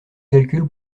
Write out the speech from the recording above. calcul